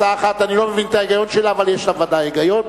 הצעה אחת אני לא מבין את ההיגיון שלה אבל יש לה ודאי היגיון.